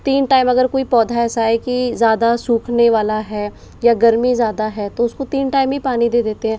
तीन टाइम अगर कोई पौधा ऐसा है की ज़्यादा सूखने वाला है या गर्मी ज्यादा है तो उसको तीन टाइम ही पानी दे देते हैं